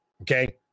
Okay